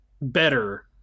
better